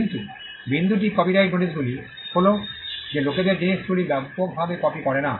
কিন্তু বিন্দুটি কপিরাইট নোটিশগুলি হল যে লোকেদের জিনিসগুলি ব্যাপকভাবে কপি করে না